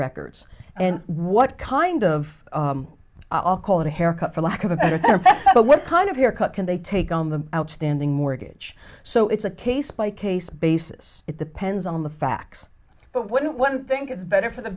records and what kind of i'll call it a haircut for lack of a better but what kind of your cut can they take on the outstanding mortgage so it's a case by case basis it depends on the facts but wouldn't one think it's better for the